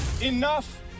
Enough